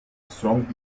strong